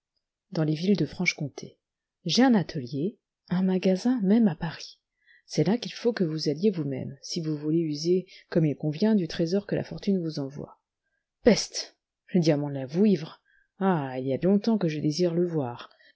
dans les villes de franche-comté j'ai un atelier un magasin même à paris c'est là qu'il faut que vous alliez vous-même si vous voulez user comme il convient du trésor que la fortune vous envoie peste une mon à vous ivre ah il y a longtemps que je désire le voir